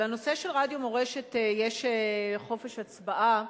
על הנושא של רדיו "מורשת" יש חופש הצבעה,